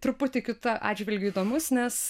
truputį kita atžvilgiu įdomus nes